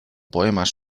poemas